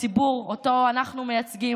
הציבור שאותו אנחנו מייצגים,